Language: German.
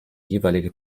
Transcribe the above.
jeweilige